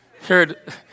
Heard